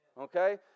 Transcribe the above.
Okay